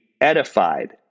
edified